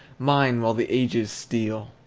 mine, while the ages steal!